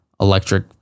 electric